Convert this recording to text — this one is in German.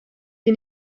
die